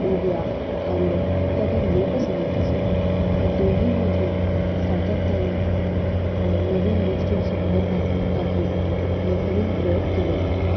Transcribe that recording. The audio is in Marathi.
ओव्या भारुडं इत्यादी लोकसंगीत असो या दोन्हींमध्ये सातत्याने नवीन गोष्टींची भर घासली घातली जाते नवनवीन प्रयोग केले जातात